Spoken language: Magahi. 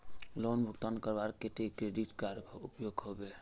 लोन भुगतान करवार केते डेबिट कार्ड उपयोग होबे?